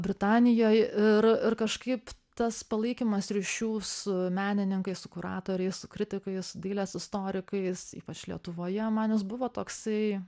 britanijoj ir ir kažkaip tas palaikymas ryšių su menininkais su kuratoriais su kritikais dailės istorikais ypač lietuvoje man jis buvo toksai